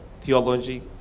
theology